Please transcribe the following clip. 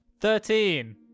Thirteen